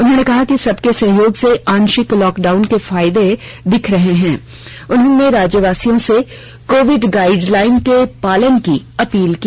उन्होंने कहा कि सब के सहयोग से आंशिक लॉकडाउन के फायदे दिख रहे हैं उन्होंने राज्यवासियों से कोविड गाइडलाइन के पालन की अपील की